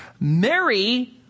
Mary